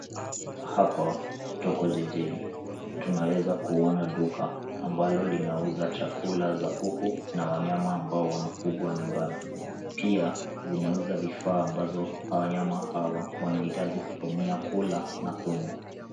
Hapa tuko jijini. Tunaweza kuona duka ambalo linauza chakula za kuku na wanyama ambao wanafugwa nyumbani. Pia zinauzwa vifaa ambazo wanyama hawa wanahitaji kutumia kula na kunywa.